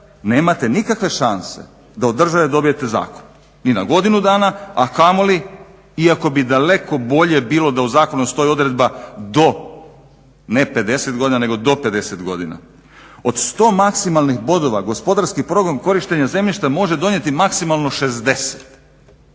nemate nikakve šanse da od države dobijete zakup ni na godinu dana, a kamoli iako bi daleko bolje bilo da u zakonu stoji odredba do ne 50 godina nego do 50 godina. Od 100 maksimalnih bodova gospodarski program korištenja zemljišta može donijeti maksimalno 60.